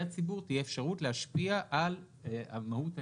הציבור תהיה אפשרות להשפיע על מהות ההסדר.